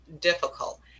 difficult